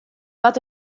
wat